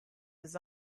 his